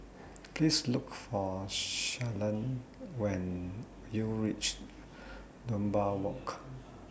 Please Look For Shalon when YOU REACH Dunbar Walk